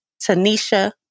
Tanisha